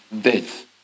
death